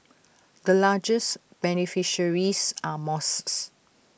the largest beneficiaries are mosques